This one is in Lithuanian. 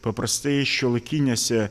paprastai šiuolaikinėse